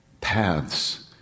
paths